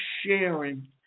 sharing